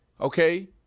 okay